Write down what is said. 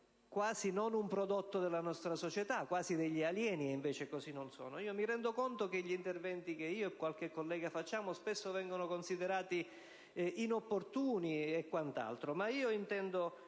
quasi un non prodotto della nostra società, quasi degli alieni e invece non sono tali. Mi rendo conto che gli interventi che io e qualche collega facciamo spesso vengono considerati inopportuni e quant'altro, ma io intendo